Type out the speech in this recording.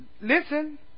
Listen